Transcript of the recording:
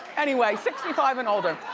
anyway sixty five and older.